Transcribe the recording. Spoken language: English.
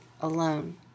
alone